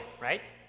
right